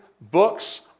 books